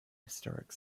historic